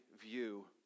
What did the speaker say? view